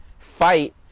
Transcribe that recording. fight